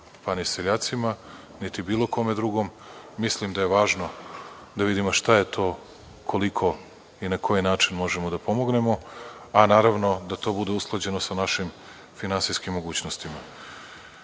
pa ni seljacima, niti bilo kome drugome. Mislim da je važno da vidimo šta je to, koliko i na koji način možemo da pomognemo, a naravno da to bude usklađeno sa našim finansijskim mogućnostima. Postavili